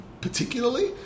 particularly